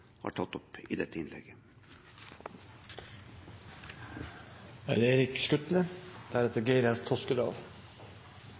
har tatt opp i dette innlegget.